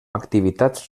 activitats